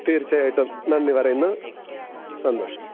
തീർച്ഛയായിട്ടും നന്ദി പറയുന്നു സന്തോഷം